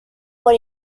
por